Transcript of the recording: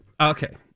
Okay